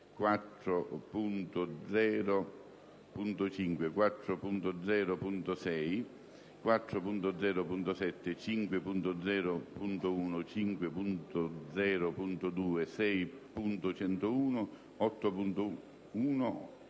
4.0.5, 4.0.6, 4.0.7, 5.0.1, 5.0.2, 6.101, 8.1,